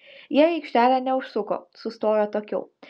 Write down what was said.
jie į aikštelę neužsuko sustojo atokiau